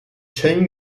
chen